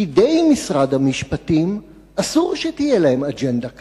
פקידי משרד המשפטים, אסור שתהיה להם אג'נדה כזאת.